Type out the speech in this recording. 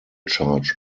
charge